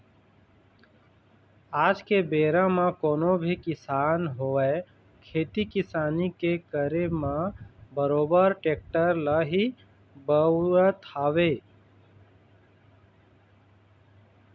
आज के बेरा म कोनो भी किसान होवय खेती किसानी के करे म बरोबर टेक्टर ल ही बउरत हवय